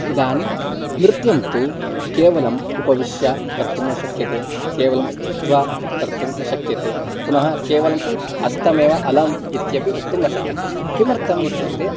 इदानीं नृत्यं तु केवलम् उपविश्य कर्तुं न शक्यते केवलं स्थित्वा कर्तुं न शक्यते पुनः केवलं हस्तमेव अलम् इत्यपि वक्तुं न शक्यते किमर्थम् इत्युक्ते